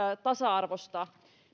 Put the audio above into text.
tasa arvosta